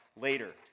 later